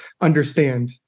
understand